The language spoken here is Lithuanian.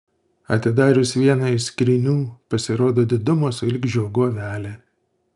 atidarius vieną iš skrynių pasirodo didumo sulig žiogu avelė